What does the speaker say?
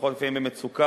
משפחות לפעמים במצוקה,